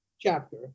chapter